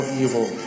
evil